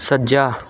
ਸੱਜਾ